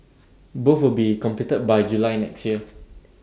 both will be completed by July next year